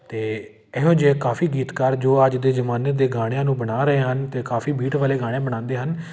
ਅਤੇ ਇਹੋ ਜਿਹੇ ਕਾਫ਼ੀ ਗੀਤਕਾਰ ਜੋ ਅੱਜ ਦੇ ਜ਼ਮਾਨੇ ਦੇ ਗਾਣਿਆਂ ਨੂੰ ਬਣਾ ਰਹੇ ਹਨ ਅਤੇ ਕਾਫ਼ੀ ਬੀਟ ਵਾਲੇ ਗਾਣੇ ਬਣਾਉਂਦੇ ਹਨ